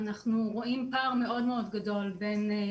אנחנו רואים פער מאוד מאוד גדול בין